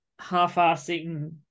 half-assing